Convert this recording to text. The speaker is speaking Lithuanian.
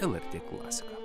lrt klasiką